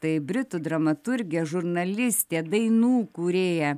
tai britų dramaturgė žurnalistė dainų kūrėja